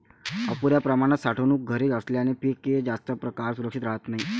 अपुर्या प्रमाणात साठवणूक घरे असल्याने पीक जास्त काळ सुरक्षित राहत नाही